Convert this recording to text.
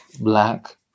black